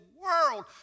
world